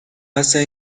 hace